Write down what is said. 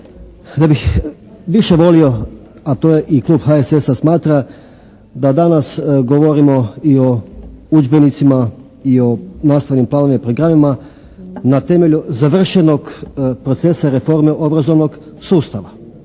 ja bih više volio a to je i klub HSS-a smatra da danas govorimo i o udžbenicima i o nastavnim planovima i programima na temelju završenog procesa reforme obrazovnog sustava.